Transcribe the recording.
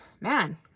man